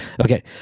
Okay